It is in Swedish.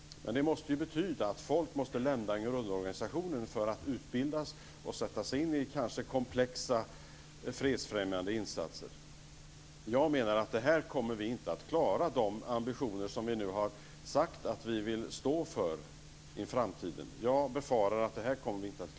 Det måste betyda att folk måste lämna grundorganisationen för utbildas och sättas in i kanske komplexa fredsfrämjande insatser. Jag befarar att vi inte kommer att klara de ambitioner som vi har sagt att vi har för framtiden.